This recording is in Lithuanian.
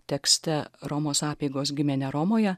tekste romos apeigos gimė ne romoje